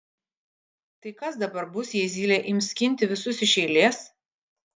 tai kas dabar bus jei zylė ims skinti visus iš eilės